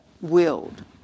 willed